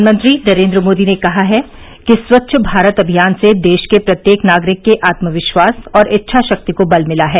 प्रधानमंत्री नरेन्द्र मोदी ने कहा है कि स्वच्छ भारत अभियान से देश के प्रत्येक नागरिक के आत्म विश्वास और इच्छा शक्ति को बल मिला है